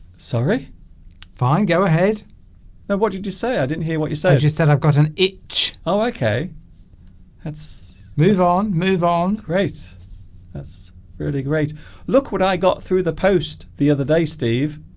sorry fine go ahead no what did you say i didn't hear what you said you said i've got an itch oh okay let's move on move on grace that's really great look what i got through the post the other day steve